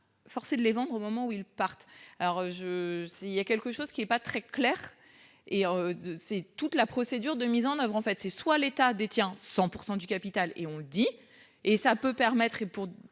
forcés de les vendre au moment où ils partent alors je. S'il y a quelque chose qui est pas très clair et de. C'est toute la procédure de mise en oeuvre en fait c'est soit l'état détient 100% du capital et on dit et ça peut permettre et pour